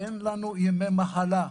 אין לנו ימי מחלה.